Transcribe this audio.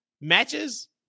matches